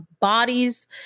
bodies